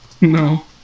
No